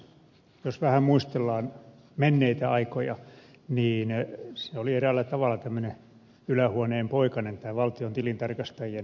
jos vähän muistellaan menneitä aikoja niin valtiontilintarkastajien järjestelmä oli eräällä tavalla tämmöinen ylähuoneen poikanen